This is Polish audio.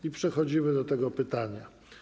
I przechodzimy do tego pytania.